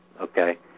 Okay